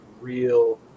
real